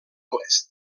oest